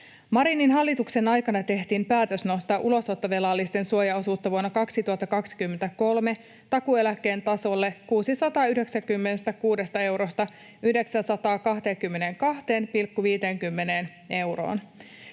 Marinin hallituksen aikana tehtiin päätös nostaa ulosottovelallisten suojaosuutta vuonna 2023 takuueläkkeen tasolle, 696 eurosta 922,50 euroon.